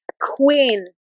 queen